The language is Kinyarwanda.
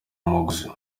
mugozi